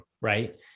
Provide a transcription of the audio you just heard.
right